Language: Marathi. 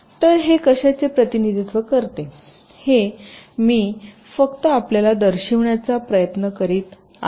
तर हे कशाचे प्रतिनिधित्व करते हे मी फक्त आपल्याला दर्शविण्याचा प्रयत्न करीत आहे